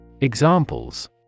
Examples